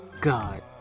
God